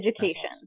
education